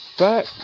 Back